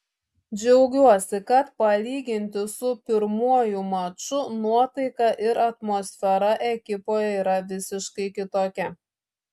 džiaugiuosi kad palyginti su pirmuoju maču nuotaika ir atmosfera ekipoje yra visiškai kitokia